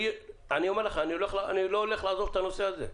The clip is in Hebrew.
אני אומר לך: אני לא הולך לעזוב את הנושא הזה.